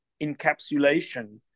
encapsulation